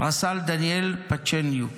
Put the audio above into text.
רס"ל דניאל פצ'ניוק,